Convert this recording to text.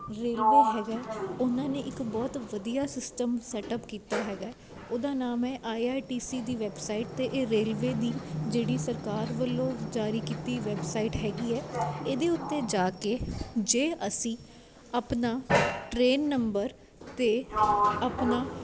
railway ਹੈਗਾ ਉਹਨਾਂ ਨੇ ਇੱਕ ਬਹੁਤ ਵਧੀਆ ਸਿਸਟਮ ਸੈਟਅਪ ਕੀਤਾ ਹੈਗਾ ਉਹਦਾ ਨਾਮ ਹੈ ਆਈ ਆਰ ਟੀ ਸੀ ਦੀ ਵੈੱਬਸਾਈਟ 'ਤੇ ਇਹ ਰੇਲਵੇ ਦੀ ਜਿਹੜੀ ਸਰਕਾਰ ਵੱਲੋਂ ਜਾਰੀ ਕੀਤੀ ਵੈੱਬਸਾਈਟ ਹੈਗੀ ਹੈ ਇਹਦੇ ਉੱਤੇ ਜਾ ਕੇ ਜੇ ਅਸੀਂ ਆਪਣਾ ਟ੍ਰੇਨ ਨੰਬਰ ਅਤੇ ਆਪਣਾ